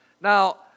Now